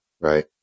right